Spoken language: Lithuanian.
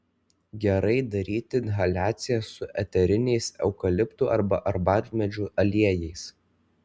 gerai daryti inhaliacijas su eteriniais eukaliptų arba arbatmedžių aliejais